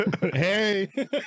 hey